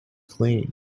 clean